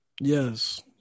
yes